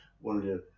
wanted